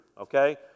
okay